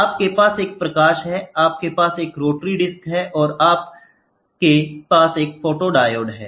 आपके पास एक प्रकाश है आपके पास एक रोटरी डिस्क है और फिर आपके पास एक फोटोडायोड है